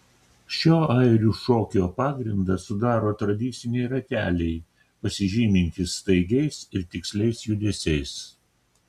šio airių šokio pagrindą sudaro tradiciniai rateliai pasižymintys staigiais ir tiksliais judesiais